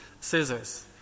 scissors